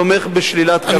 תומך בשלילת,